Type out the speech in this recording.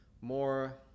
more